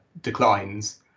declines